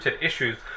issues